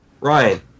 Ryan